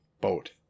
boat